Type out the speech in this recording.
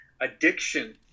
addiction